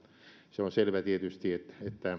se on selvä tietysti että